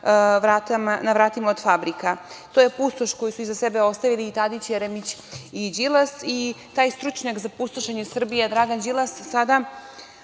na vratima od fabrika. To je pustoš koju su iza sebe ostavili Tadić, Jeremić i Đilas. Taj stručnjak za pustošenje Srbije, Dragan Đilas,